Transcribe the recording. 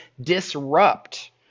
disrupt